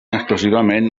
exclusivament